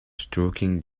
stroking